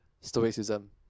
Stoicism